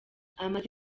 amaze